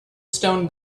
stone